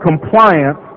compliance